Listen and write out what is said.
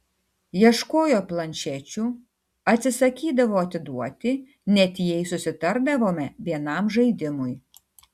ieškojo planšečių atsisakydavo atiduoti net jei susitardavome vienam žaidimui